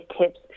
tips